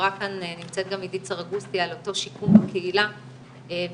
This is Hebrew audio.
נמצאת גם עדית סרגוסטי שדיברה על אותו שיקום בקהילה ואיך